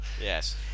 Yes